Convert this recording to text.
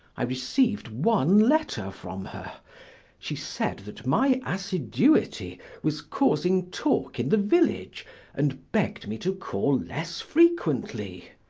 i received one letter from her she said that my assiduity was causing talk in the village and begged me to call less frequently.